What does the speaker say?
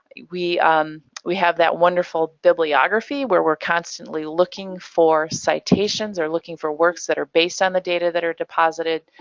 ah we um we have that wonderful bibliography where we're constantly looking for citations or looking for works that are based on the data that are deposited.